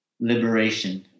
liberation